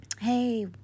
hey